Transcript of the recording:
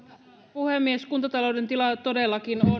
puhemies kuntatalouden tila todellakin on